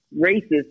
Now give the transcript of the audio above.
racist